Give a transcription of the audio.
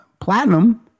platinum